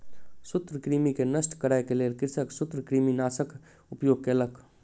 सूत्रकृमि के नष्ट करै के लेल कृषक सूत्रकृमिनाशकक उपयोग केलक